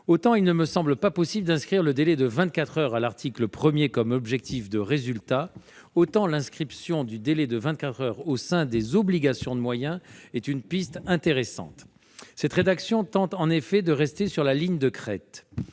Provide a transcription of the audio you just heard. Autant il ne me semble pas possible d'inscrire le délai de vingt-quatre heures à l'article 1 comme objectif de résultat, autant en faire une obligation de moyens est une piste intéressante. Cette rédaction tente en effet de rester sur la ligne de crête.